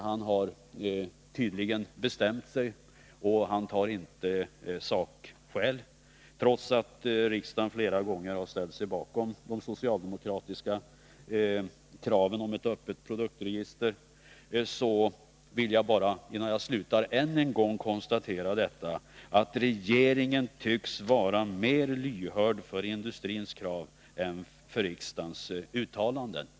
Han har tydligen bestämt sig, och han tar inte sakskäl. Riksdagen har flera gånger ställt sig bakom de socialdemokratiska kraven på ett öppet produktregister. Innan jag slutar mitt inlägg vill jag bara än en gårfg konstatera att regeringen tycks vara mer lyhörd för industrins krav än för riksdagens uttalanden.